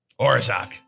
Orzak